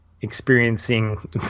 experiencing